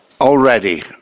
already